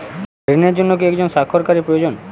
ঋণের জন্য কি একজন স্বাক্ষরকারী প্রয়োজন?